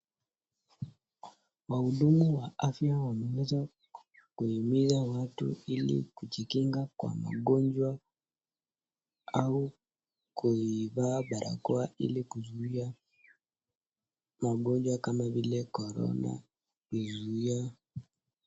Wahudumu wa afya wameweza kuhimiza watu, ili, kujikinga kwa magonjwa, au, kuivaa barakoa ili kuzuia, magonjwa kama vile korona, kuzuia.